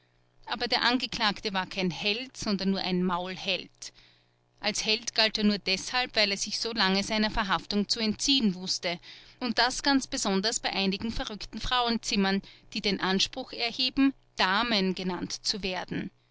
aber der angeklagte war kein held sondern nur ein maulheld als held galt er nur deshalb weil er sich so lange seiner verhaftung zu entziehen wußte und das ganz besonders bei einigen verrückten frauenzimmern die den anspruch erheben heben damen genannt zu werden